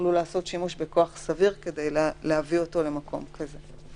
יוכלו לעשות שימוש בכוח סביר כדי להביא אותו למקום כזה.